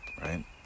right